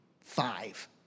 five